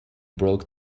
broke